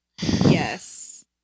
Yes